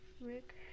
Rick